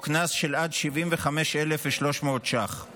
או קנס של עד 75,300 שקלים.